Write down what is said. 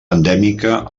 endèmica